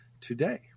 today